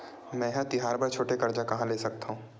मेंहा तिहार बर छोटे कर्जा कहाँ ले सकथव?